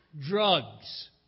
drugs